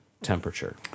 temperature